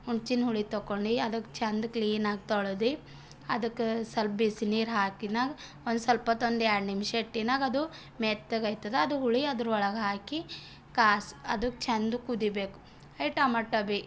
ಹುನ್ಚಿನ ಹುಳಿ ತಗೊಂಡು ಅದಕ್ಕೆ ಚೆಂದ ಕ್ಲೀನಾಗಿ ತೊಳೆದು ಅದಕ್ಕೆ ಸ್ವಲ್ಪ ಬಿಸಿನೀರು ಹಾಕಿನ ಒಂದು ಸ್ವಲ್ಪ ಹೊತ್ತು ಒಂದು ಎರಡು ನಿಮಿಷ ಇಟ್ಟಿನಾಗೆ ಅದು ಮೆತ್ತಗೆ ಆಯ್ತದ ಅದು ಹುಳಿ ಅದರೊಳಗೆ ಹಾಕಿ ಕಾಸಿ ಅದು ಚೆಂದ ಕುದೀಬೇಕು ಹೇ ಟಮಾಟೋ ಬಿ